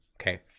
Okay